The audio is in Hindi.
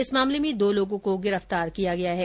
इस मामले में दो लोगों को गिरफ्तार किया गया है